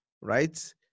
right